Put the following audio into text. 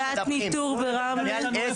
יש נקודת ניטור ברמלה.